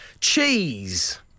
Cheese